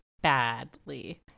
badly